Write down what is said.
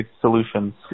solutions